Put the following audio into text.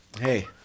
Hey